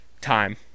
Time